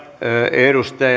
edustaja